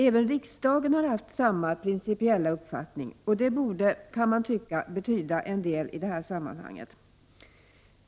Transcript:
Även riksdagen har haft samma principiella uppfattning, och det borde, kan man tycka, betyda en del i det här sammanhanget.